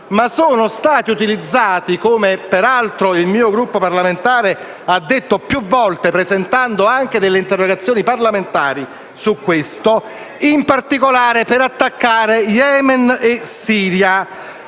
le postazioni di Daesh ma, come peraltro il mio Gruppo parlamentare ha detto più volte presentando anche delle interrogazioni parlamentari in proposito, in particolare per attaccare Yemen e Siria